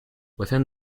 within